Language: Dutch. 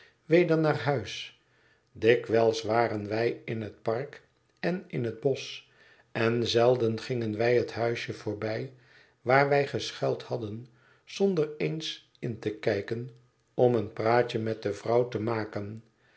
weder naar huis dikwijls waren wij in het park en in het bosch en zelden gingen wij het huisje voorbij waar wij geschuild hadden zonder eens in te kijken om een praatje met de vrouw te maken